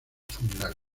funeral